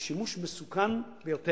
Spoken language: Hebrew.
הוא שימוש מסוכן ביותר.